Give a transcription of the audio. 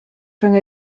rhwng